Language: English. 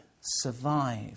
survive